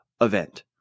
event